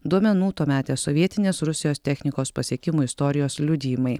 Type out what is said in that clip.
duomenų tuometės sovietinės rusijos technikos pasiekimų istorijos liudijimai